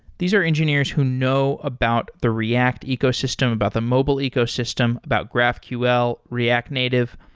these are engineers who know about the react ecosystem, about the mobile ecosystem, about graphql, react native.